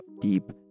deep